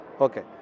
okay